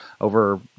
over